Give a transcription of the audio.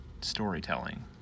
storytelling